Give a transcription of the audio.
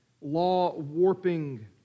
law-warping